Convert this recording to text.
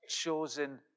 chosen